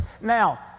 Now